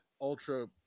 ultra